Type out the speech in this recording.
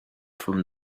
from